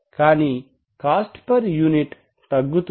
కానీ cost per unit తగ్గుతుంది